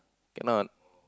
cannot